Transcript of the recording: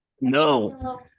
no